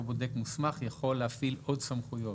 בודק מוסמך יכול להפעיל עוד סמכויות.